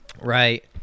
right